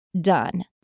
done